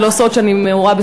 זה לא סוד שאני מעורה,